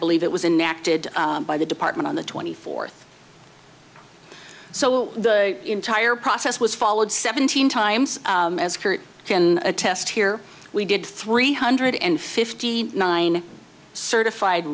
believe it was inactive by the department on the twenty fourth so the entire process was followed seventeen times as kurt can attest here we did three hundred and fifty nine certified